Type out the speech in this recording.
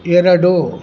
ಎರಡು